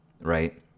right